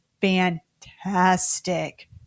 fantastic